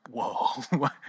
whoa